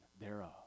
thereof